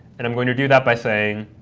and i'm going to do that by saying,